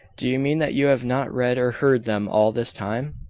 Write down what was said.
do you mean that you have not read or heard them all this time?